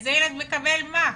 איזה ילד מקבל מה.